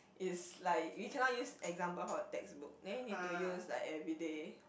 is like you cannot use example from textbook then you need to use like everyday